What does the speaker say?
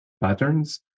patterns